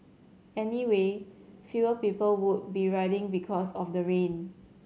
anyway fewer people would be riding because of the rain